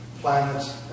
planets